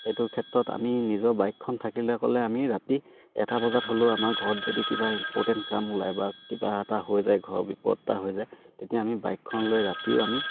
সেইটো ক্ষেত্ৰত আমি নিজৰ বাইকখন থাকিলে ক'লে আমি ৰাতি এটা বজাত হ'লেও আমাৰ ঘৰত যদি কিবা ইম্পৰ্টেণ্ট কাম ওলায় বা কিবা এটা হৈ যায় ঘৰৰ বিপদ এটা হৈ যায় তেতিয়া আমি বাইকখন লৈ ৰাতিও আমি